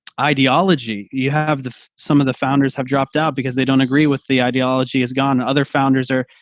ideology. you have the some of the founders have dropped out because they don't agree with the ideology has gone other founders or,